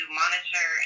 monitor